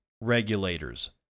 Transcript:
regulators